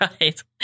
Right